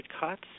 cuts